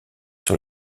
sur